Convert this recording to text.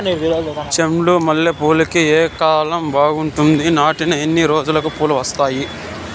చెండు మల్లె పూలుకి ఏ కాలం బావుంటుంది? నాటిన ఎన్ని రోజులకు పూలు వస్తాయి?